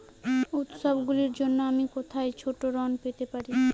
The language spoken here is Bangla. উত্সবগুলির জন্য আমি কোথায় ছোট ঋণ পেতে পারি?